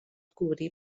cobrir